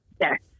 Yes